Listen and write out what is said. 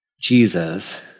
Jesus